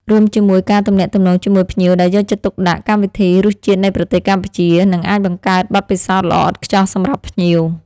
រួមជាមួយការទំនាក់ទំនងជាមួយភ្ញៀវដែលយកចិត្តទុកដាក់ កម្មវិធី រសជាតិនៃប្រទេសកម្ពុជា នឹងអាចបង្កើតបទពិសោធន៍ល្អឥតខ្ចោះសម្រាប់ភ្ញៀវ